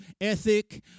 ethic